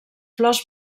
flors